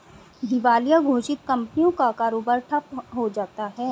दिवालिया घोषित कंपनियों का कारोबार ठप्प हो जाता है